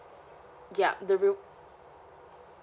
yup the rew~